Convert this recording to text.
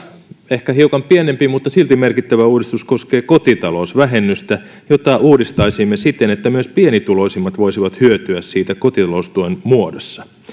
ehkä hiukan pienempi mutta silti merkittävä uudistus koskee kotitalousvähennystä jota uudistaisimme siten että myös pienituloisimmat voisivat hyötyä siitä kotita loustuen muodossa